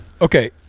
Okay